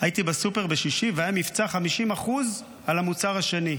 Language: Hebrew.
הייתי בסופר בשישי והיה מבצע 50% על המוצר השני.